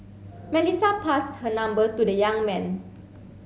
Melissa passed her number to the young man